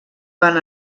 van